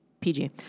PG